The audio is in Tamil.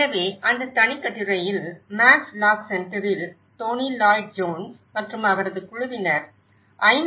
எனவே அந்த தனிக்கட்டுரையில் மேக்ஸ் லாக் சென்டரில் டோனி லாயிட் ஜோன்ஸ் மற்றும் அவரது குழுவினர் ஐ